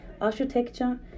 architecture